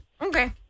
Okay